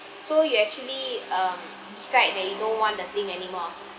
so you actually um beside that you don't want the thing anymore